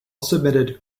submitted